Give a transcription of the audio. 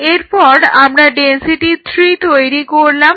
এরপর আমরা ডেনসিটি 3 তৈরি করলাম